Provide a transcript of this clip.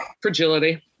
fragility